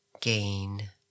gain